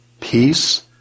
Peace